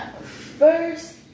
First